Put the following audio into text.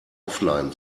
offline